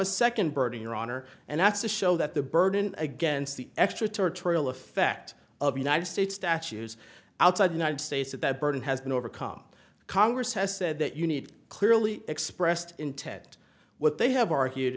a second burden your honor and that's to show that the burden against the extraterritorial effect of united states statues outside the united states that that burden has been overcome congress has said that you need clearly expressed intent what they have argued